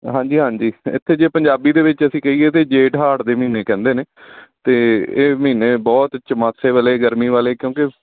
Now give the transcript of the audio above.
ਹਾਂਜੀ ਹਾਂਜੀ ਇੱਥੇ ਜੇ ਪੰਜਾਬੀ ਦੇ ਵਿੱਚ ਅਸੀਂ ਕਹੀਏ ਤਾਂ ਜੇਠ ਹਾੜ ਦੇ ਮਹੀਨੇ ਕਹਿੰਦੇ ਨੇ ਅਤੇ ਇਹ ਮਹੀਨੇ ਬਹੁਤ ਚਮਾਖੇ ਵਾਲੇ ਗਰਮੀ ਵਾਲੇ ਕਿਉਂਕਿ